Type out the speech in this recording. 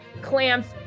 clamps